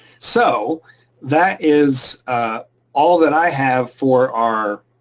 so that is all that i have for our